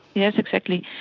yes, exactly.